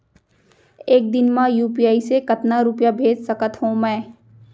एक दिन म यू.पी.आई से कतना रुपिया भेज सकत हो मैं?